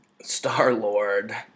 Star-Lord